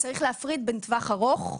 צריך להפריד בין טווח ארוך,